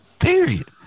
period